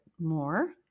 more